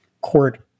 court